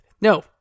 No